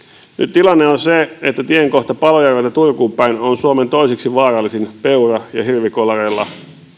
tilanne on se että tien kohta palojärveltä turkuun päin on suomen toiseksi vaarallisin peura ja hirvikolareilla